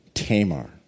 Tamar